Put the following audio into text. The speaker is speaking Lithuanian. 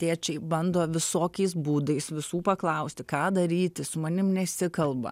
tėčiai bando visokiais būdais visų paklausti ką daryti su manim nesikalba